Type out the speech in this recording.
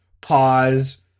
pause